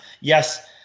yes